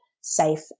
safe